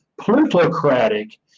plutocratic